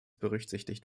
berücksichtigt